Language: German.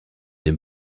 den